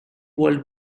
world